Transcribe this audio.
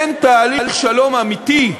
אין תהליך שלום אמיתי,